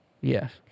yes